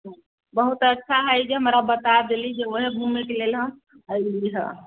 बहुत अच्छा है जे हमरा बता देलीह जे उहे घूमैके लेल एलीह हऽ